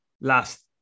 last